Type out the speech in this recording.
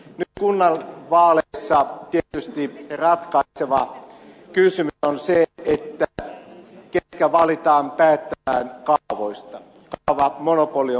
nyt kunnallisvaaleissa tietysti ratkaiseva kysymys on se ketkä valitaan päättämään kaavoista